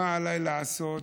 מה עליי לעשות,